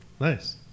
Nice